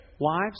wives